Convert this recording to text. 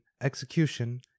execution